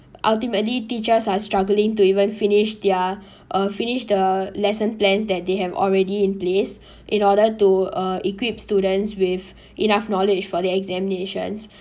ultimately teachers are struggling to even finish their uh finish the lesson plans that they have already in place in order to uh equip students with enough knowledge for the examinations